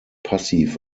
passiv